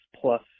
plus